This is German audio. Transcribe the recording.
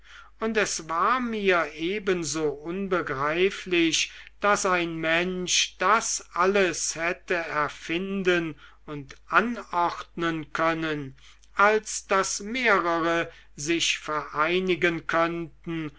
und es war mir ebenso unbegreiflich daß ein mensch das alles hätte erfinden und anordnen können als daß mehrere sich vereinigen könnten